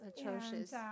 Atrocious